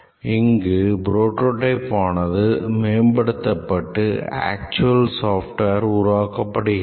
இங்கு புரோடோடைப் ஆனது மேம்படுத்தப்பட்டு actual software உருவாக்கப்படுகிறது